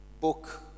book